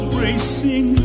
racing